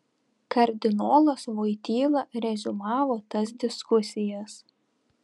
kardinolas voityla reziumavo tas diskusijas